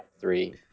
three